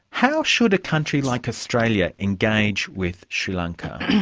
how should a country like australia engage with sri lanka?